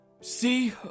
See